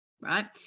right